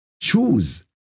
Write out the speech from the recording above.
choose